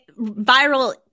Viral